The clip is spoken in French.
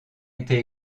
été